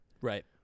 Right